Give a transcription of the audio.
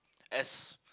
as